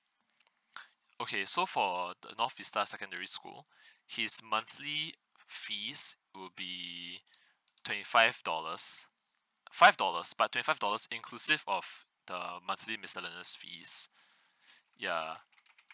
okay so for the north vista secondary school his monthly fees would be twenty five dollars five dollars but twenty five dollars inclusive of the monthly miscellaneous fees ya